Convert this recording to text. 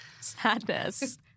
Sadness